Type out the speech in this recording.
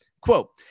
Quote